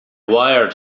wired